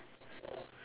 two more differences